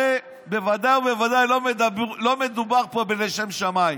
הרי בוודאי ובוודאי לא מדובר פה לשם שמיים.